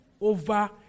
over